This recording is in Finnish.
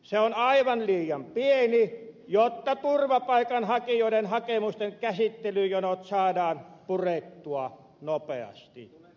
se on aivan liian pieni jotta turvapaikanhakijoiden hakemusten käsittelyjonot saadaan purettua nopeasti